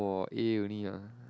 got A only ah